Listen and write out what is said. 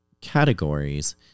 categories